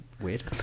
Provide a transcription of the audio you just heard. Weird